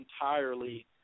entirely